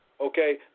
okay